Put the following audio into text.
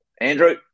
andrew